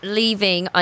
leaving